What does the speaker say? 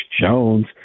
jones